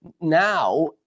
Now